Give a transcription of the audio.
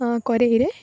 ଆଁ କରେଇରେ